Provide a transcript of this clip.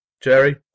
Jerry